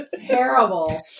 terrible